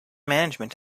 management